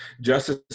Justice